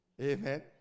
amen